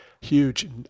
huge